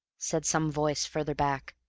said some voice further back.